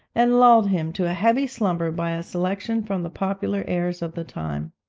and lulled him to a heavy slumber by a selection from the popular airs of the time.